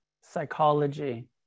psychology